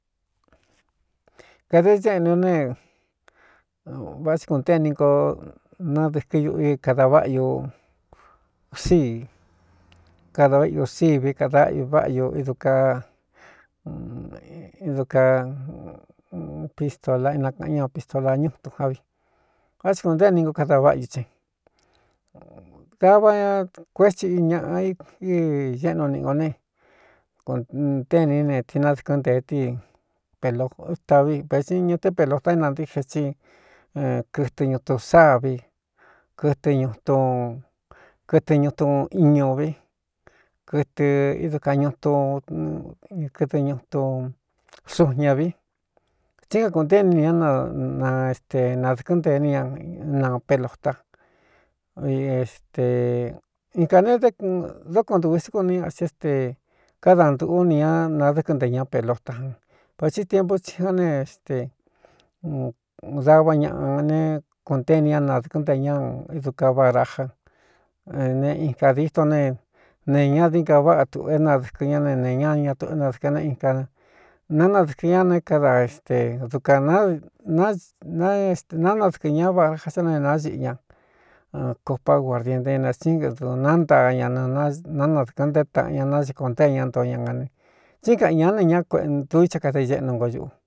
Kade iséꞌni o ne va tsi kūnté ni nko nadɨ̄kɨ́ uꞌu i kada váꞌa ñu usíi kada váꞌa ūsí vi kadaꞌñu váꞌa ñu da idu ka pistola inakaꞌan ña pistola ñútun ja vi vá tsi kūntée ni nko kada váꞌa u tsin dava ña kuétsi uu ñaꞌa í ñéꞌnu niꞌi ngo ne kutéiní neti nádɨ̄kɨ́n ntee tí pelota vi vētsi ña té pelota énantíxe tsí kɨtɨ ñutu sáā vi kɨtɨ ñutu kɨtɨ ñuꞌtu iñu vi kɨtɨ ídu ka ñutu kɨtɨ ñutu xun ña vi tsí nka kūnté ni n ñá na éste nadɨ̄kɨ́n ntee ni ña napelota vi ste in kā ne ddóko ntūu i síkun ni asī éste kádantūꞌú ni ña nadɨ́kɨ́n nte ña pelota jan vatsi tiempu tsí ján ne éste davá ñaꞌa ne kunténi ñá nadɨ̄kɨ́n nte ña ídu ka barajá ne in kadito ne nee ñadin ga váꞌa tuꞌu é nadɨ̄kɨ ñá ne neeña ña tuꞌu é nadɨ̄kɨ neé ianánadɨ̄kɨn ñá neé kada ste dukān nse nánadɨkɨ ña baraja sa neé naxiꞌi ña copá guardian déna tsí nd nántaa ña nɨ nánadɨ̄kɨ́n ntéé taꞌan ña náxikō ntée ña ntoo ña gane tsí n kaꞌan ñā ne ñá kueꞌndu i cha kada iñeꞌnu ngo ñuꞌu.